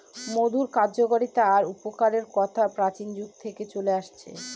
মধুর কার্যকতা আর উপকারের কথা প্রাচীন যুগ থেকে চলে আসছে